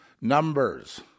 Numbers